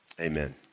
Amen